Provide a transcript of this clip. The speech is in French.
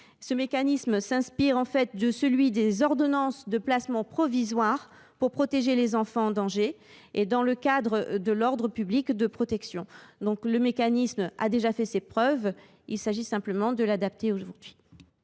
Ce mécanisme s’inspire de celui des ordonnances de placement provisoires visant à protéger les enfants en danger et s’inscrit dans le cadre de l’ordre public de protection. Il a déjà fait ses preuves : il s’agit simplement de l’adapter aujourd’hui.